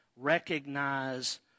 recognize